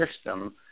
system